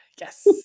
Yes